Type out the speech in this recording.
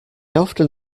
often